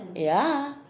ya